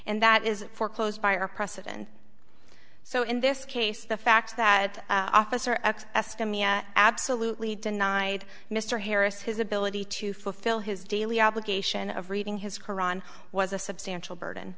and that is foreclosed by a precedent so in this case the fact that officer x s to me absolutely denied mr harris his ability to fulfill his daily obligation of reading his koran was a substantial burden